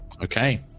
okay